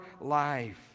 life